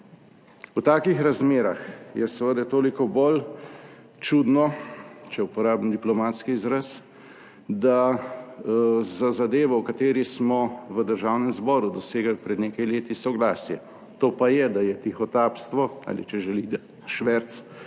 V takih razmerah je seveda toliko bolj čudno, če uporabim diplomatski izraz, da za zadevo, o kateri smo v Državnem zboru dosegli pred nekaj leti soglasje, to pa je, da je tihotapstvo ali če želite "šverc"